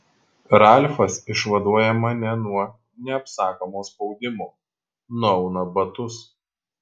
ralfas išvaduoja mane nuo neapsakomo spaudimo nuauna batus